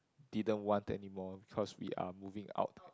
didn't want anymore cause we are moving out